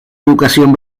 educación